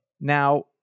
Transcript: Now